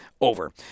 over